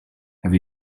have